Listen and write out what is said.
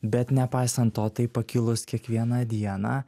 bet nepaisant to tai pakilus kiekvieną dieną